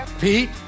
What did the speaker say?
Pete